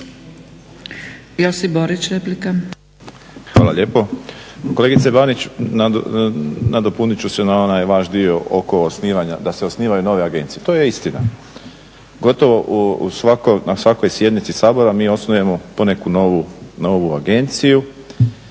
Josip (HDZ)** Hvala lijepo. Kolegice Banić, nadopunit ću se na onaj vaš dio oko osnivanja da se osnivaju nove agencije. To je istina. Gotovo na svakoj sjednici Sabora mi osnujemo poneku novu agenciju